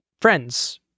friends